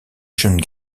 jeune